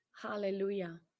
Hallelujah